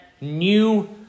new